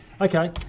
Okay